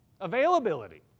availability